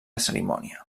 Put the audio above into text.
cerimònia